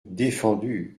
défendu